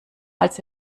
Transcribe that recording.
als